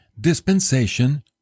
dispensation